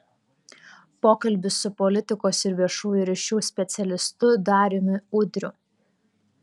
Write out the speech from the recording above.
pokalbis su politikos ir viešųjų ryšių specialistu dariumi udriu